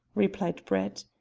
replied brett,